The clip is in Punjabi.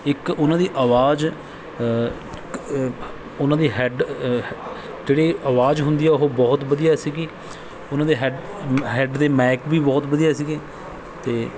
ਇੱਕ ਉਹਨਾਂ ਦੀ ਆਵਾਜ਼ ਉਹਨਾਂ ਦੀ ਹੈੱਡ ਜਿਹੜੀ ਆਵਾਜ਼ ਹੁੰਦੀ ਹੈ ਉਹ ਬਹੁਤ ਵਧੀਆ ਸੀਗੀ ਉਹਨਾਂ ਦੇ ਹੈੱਡ ਹੈੱਡ ਦੇ ਮੈਕ ਵੀ ਬਹੁਤ ਵਧੀਆ ਸੀਗੇ ਅਤੇ